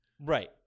Right